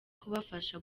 kubafasha